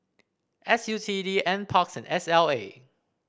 S U T D N parks and S L A